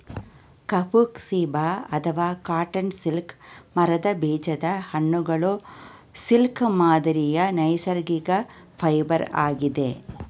ಕಫುಕ್ ceiba ಅಥವಾ cotton silk ಮರದ ಬೀಜದ ಹಣ್ಣುಗಳು ಸಿಲ್ಕ್ ಮಾದರಿಯ ನೈಸರ್ಗಿಕ ಫೈಬರ್ ಆಗಿದೆ